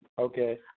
Okay